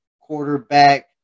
quarterback